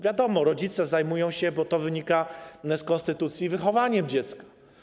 Wiadomo, rodzice zajmują się, bo to też wynika z konstytucji, wychowaniem dziecka.